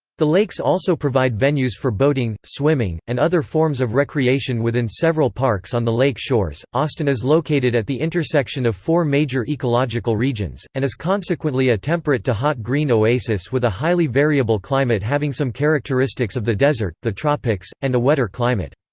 the lakes also provide venues for boating, swimming, and other forms of recreation within several parks on the lake shores austin is located at the intersection of four major ecological regions, and is consequently a temperate-to-hot green oasis with a highly variable climate having some characteristics of the desert, the tropics, and a wetter climate.